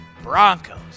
Broncos